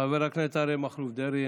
חבר הכנסת אריה מכלוף דרעי,